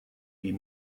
die